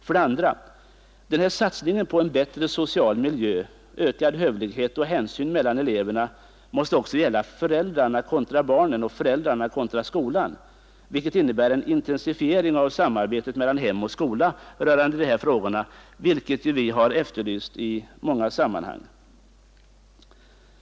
För det andra: Denna satsning på bättre social miljö, ökad hövlighet och hänsyn mellan eleverna måste också gälla föräldrarna kontra barnen och föräldrarna kontra skolan, vilket innebär en intensifiering av samarbetet mellan hem och skola rörande de här frågorna, något som vi efterlyst i många sammanhang.